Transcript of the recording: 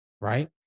right